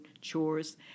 chores